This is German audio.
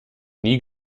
nie